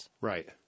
Right